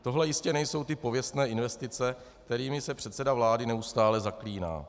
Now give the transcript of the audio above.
Tohle jistě nejsou ty pověstné investice, kterými se předseda vlády neustále zaklíná.